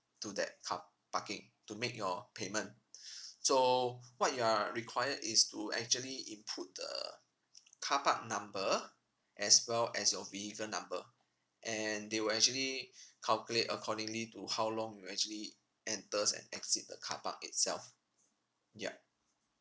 to that car parking to make your payment so what you are required is to actually input the car park number as well as your vehicle number and they will actually calculate accordingly to how long you actually enters and exit the car park itself yup